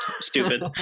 stupid